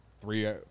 three